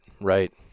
right